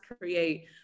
create